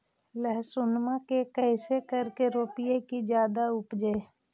लहसूनमा के कैसे करके रोपीय की जादा उपजई?